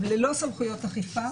ללא סמכויות אכיפה,